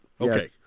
okay